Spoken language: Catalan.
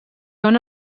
són